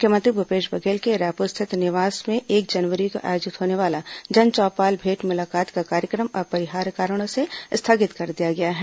मुख्यमंत्री भूपेश बघेल के रायपुर स्थित निवास में एक जनवरी को आयोजित होने वाला जनचौपाल भेंट मुलाकात का कार्यक्रम अपरिहार्य कारणों से स्थगित कर दिया गया है